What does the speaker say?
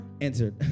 Answered